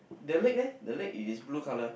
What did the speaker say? the leg leh the leg is blue colour